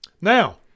Now